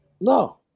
No